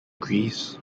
greece